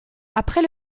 après